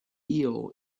eel